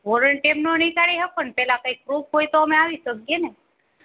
warrant એમ ન નીકાળી શકો ને પહેલાં કાંઈ પ્રૂફ હોય તો અમે આવી શકીએ ને